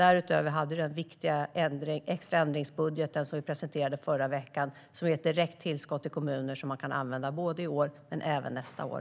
Därutöver innebär den viktiga extraändringsbudgeten som vi presenterade förra veckan ett direkt tillskott till kommunerna som de kan använda i år och även nästa år.